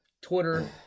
Twitter